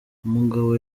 umugabo